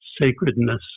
sacredness